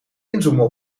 inzoomen